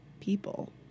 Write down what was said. people